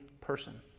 person